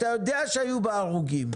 אתה יודע שהיו בה הרוגים,